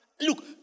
Look